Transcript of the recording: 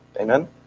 Amen